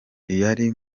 yari